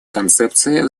концепции